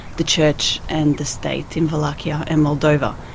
the church and the state in wallachia and moldova.